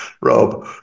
rob